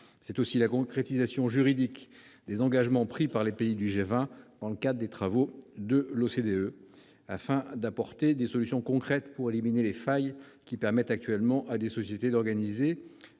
s'agit de la concrétisation juridique des engagements pris par les pays du G20 dans le cadre des travaux conduits par l'OCDE en vue d'apporter des solutions concrètes pour éliminer les failles permettant aujourd'hui à des sociétés d'organiser,